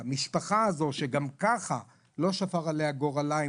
המשפחה הזו שגם ככה לא שפר עליה גורלה,